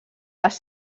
les